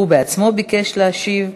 הוא בעצמו ביקש להשיב.